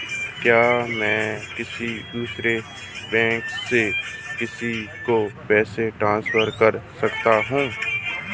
क्या मैं किसी दूसरे बैंक से किसी को पैसे ट्रांसफर कर सकता हूं?